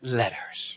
letters